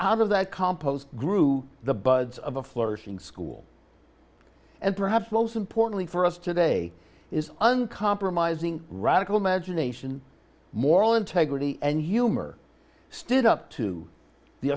out of that compost grew the buds of a flourishing school and perhaps most importantly for us today is uncompromising radical imagination moral integrity and humor stood up to the